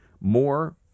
More